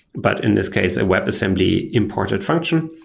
but in this case, a webassembly imported function,